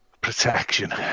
Protection